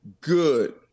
good